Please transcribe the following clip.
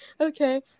okay